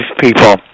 people